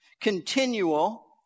continual